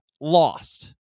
lost